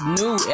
new